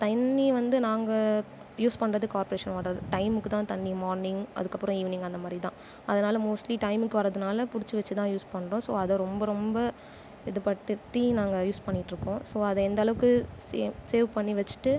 தண்ணி வந்து நாங்கள் யூஸ் பண்கிறது கார்ப்ரேஷன் வாட்டர் டைமுக்கு தான் தண்ணி மார்னிங் அதுக்கப்பறம் ஈவினிங் அந்தமாதிரி தான் அதனால் மோஸ்ட்லி டைமுக்கு வரதினால் புடிச்சு வச்சு தான் யூஸ் பண்கிறோம் ஸோ அதை ரொம்ப ரொம்ப இது படுத்தி நாங்கள் யூஸ் பண்ணிகிட்டுருக்கோம் ஸோ அது எந்த அளவுக்கு சேவ் பண்ணி வச்சுட்டு